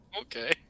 okay